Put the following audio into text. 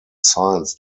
science